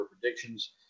predictions